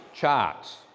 charts